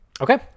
Okay